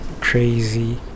crazy